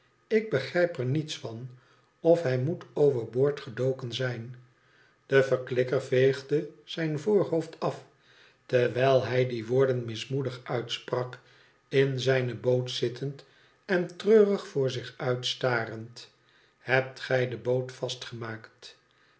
ik begrijp er niets van of hij moet over boord gedoken zijn de verklikker veegde zijn voorhoofd af terwijl hij die woorden mismoedig uitsprak in zijne boot zittend en treurig voor zich uit starend hebt gij de boot vastgemaakt